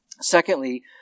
Secondly